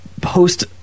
post